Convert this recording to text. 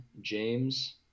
James